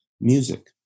music